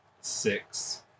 six